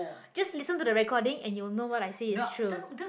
just listen to the recording and you will know what I say is true